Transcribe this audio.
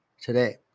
today